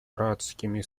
братскими